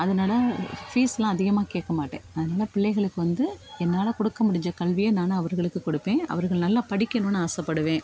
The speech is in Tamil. அதனால ஃபீஸ்லாம் அதிகமாக கேட்க மாட்டேன் அதனால பிள்ளைகளுக்கு வந்து என்னால் கொடுக்க முடிஞ்ச கல்வியை நான் அவர்களுக்கு கொடுப்பேன் அவர்கள் நல்லா படிக்கணும்னு ஆசைப்படுவேன்